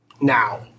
Now